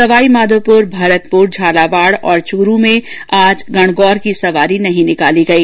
सवाईमाधोपुर भरतपुर झालावाड और चूरू में आज गणगौर की सवारी नहीं निकाली गई